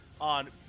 on